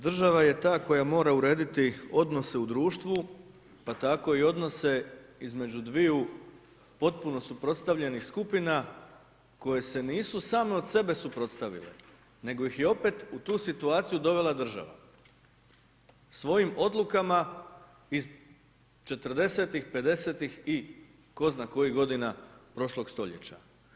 Država je ta koja mora urediti odnose u društvu pa tako i odnose između dviju potpuno suprotstavljenih skupina koje se nisu same od sebe suprotstavile nego ih je opet u tu situaciju dovela država svojim odlukama iz četrdesetih, pedesetih i tko zna kojih godina prošlog stoljeća.